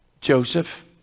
Joseph